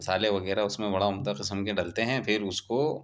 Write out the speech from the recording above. مسالے وغیرہ اس میں بڑا عمدہ قسم کے ڈلتے ہیں پھر اس کو